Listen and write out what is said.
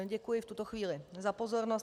Děkuji v tuto chvíli za pozornost.